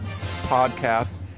Podcast